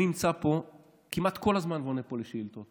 אני נמצא פה כמעט כל הזמן ועונה פה לשאילתות.